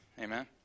Amen